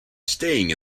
staying